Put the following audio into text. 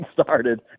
started